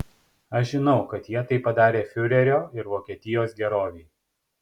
aš žinau kad jie tai padarė fiurerio ir vokietijos gerovei